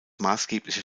maßgebliche